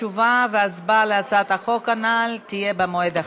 תשובה והצבעה על הצעת החוק הנ"ל תהיה במועד אחר.